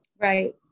right